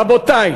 רבותי,